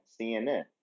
CNN